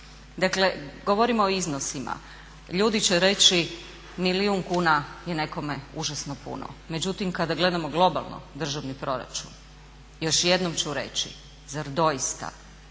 Dakle, govorimo o iznosima, ljudi će reći milijun kuna je nekome užasno puno, međutim kada gledamo globalno državni proračun još jednom ću reći zar doista,